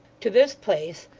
to this place,